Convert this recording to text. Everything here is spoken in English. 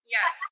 Yes